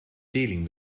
dealing